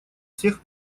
всех